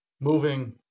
moving